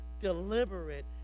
deliberate